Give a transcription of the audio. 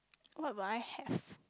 what will I have